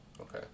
Okay